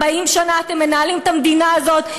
40 שנה אתם מנהלים את המדינה הזאת,